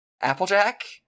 Applejack